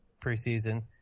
preseason